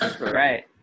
Right